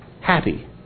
happy